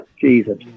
Jesus